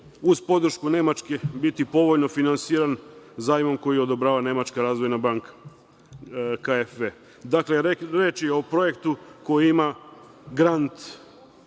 uz podršku Nemačke, biti povoljno finansiran zajmom koji odobrava Nemačka Razvojna banka KfW.Dakle, reč je o projektu koji ima grant